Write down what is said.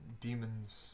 demons